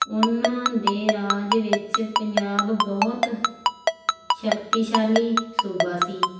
ਉਹਨਾਂ ਦੇ ਰਾਜ ਵਿੱਚ ਪੰਜਾਬ ਬਹੁਤ ਸ਼ਕਤੀਸ਼ਾਲੀ ਸੂਬਾ ਸੀ